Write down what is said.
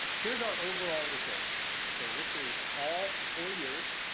here's our overall results. so this is all four years.